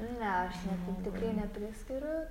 ne aš jo tai tikrai nepriskiriu